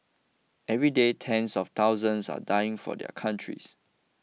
every day tens of thousands are dying for their countries